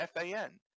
FAN